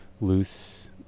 loose